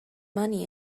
money